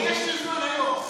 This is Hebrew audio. יש לי זמן היום,